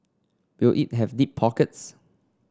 will it have deep pockets